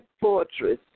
fortress